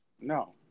No